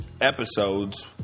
episodes